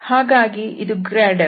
ಹಾಗಾಗಿ ಇದು grad f